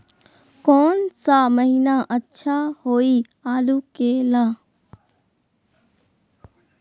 कौन सा महीना अच्छा होइ आलू के ला?